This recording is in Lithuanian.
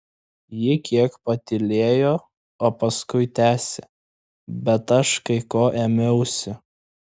ji kiek patylėjo o paskui tęsė bet aš kai ko ėmiausi